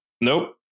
Nope